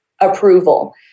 approval